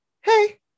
Hey